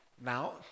Now